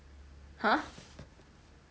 !huh!